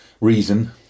reason